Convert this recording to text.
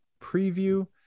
preview